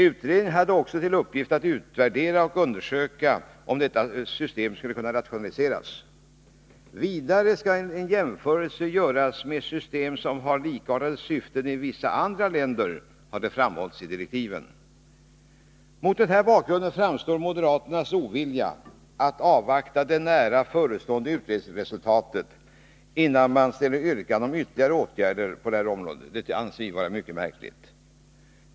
Utredningen har också till uppgift att utvärdera och undersöka om detta system skulle kunna rationaliseras. Vidare skall en jämförelse göras med system som har likartade syften i vissa andra länder, framhålls det i utredningsdirektiven. Mot denna bakgrund framstår moderaternas ovilja att avvakta det nära förestående utredningsresultatet, innan man ställer yrkanden om ytterligare åtgärder på detta område, som mycket märklig.